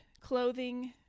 clothing